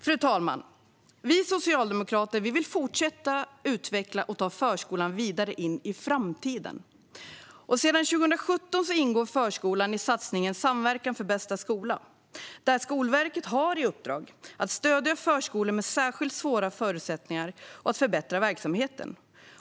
Fru talman! Vi socialdemokrater vill fortsätta utveckla och ta förskolan vidare in i framtiden. Sedan 2017 ingår förskolan i satsningen Samverkan för bästa skola, där Skolverket har i uppdrag att stödja förskolor med särskilt svåra förutsättningar att förbättra verksamheten.